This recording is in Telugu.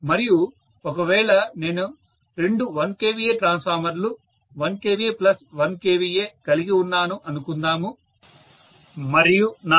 మరియు ఒకవేళ నేను రెండు 1 kVA ట్రాన్స్ఫార్మర్లు 1 kVA ప్లస్ 1 kVA కలిగి ఉన్నాను అనుకుందాము మరియు నాకు 1